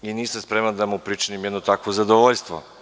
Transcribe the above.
Nisam spreman da mu pričinim jedno takvo zadovoljstvo.